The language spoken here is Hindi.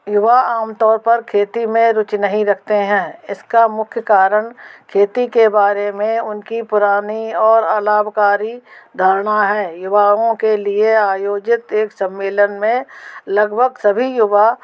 युवा आमतौर पर खेती में रुचि नहीं रखते हैं इसका मुख्य कारण खेती के बारे में उनकी पुरानी और अलाभकारी धारणा है युवाओं के लिए आयोजित एक सम्मेलन में लगभग सभी युवा